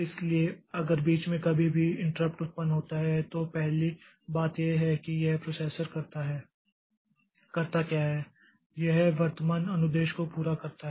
इसलिए अगर बीच में कभी भी इंट्रप्ट उत्पन्न होता है तो पहली बात यह है कि यह प्रोसेसर करता क्या है यह वर्तमान अनुदेश को पूरा करता है